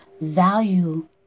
value